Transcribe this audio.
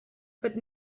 but